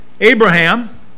Abraham